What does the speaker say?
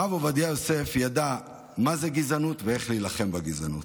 הרב עובדיה יוסף ידע מה זה גזענות ואיך להילחם בגזענות.